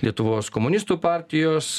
lietuvos komunistų partijos